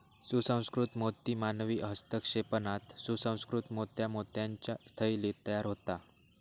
सुसंस्कृत मोती मानवी हस्तक्षेपान सुसंकृत मोत्या मोत्याच्या थैलीत तयार होता